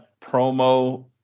promo